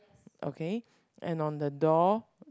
okay and on the door